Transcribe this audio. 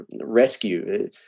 rescue